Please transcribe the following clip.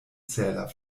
zähler